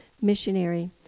missionary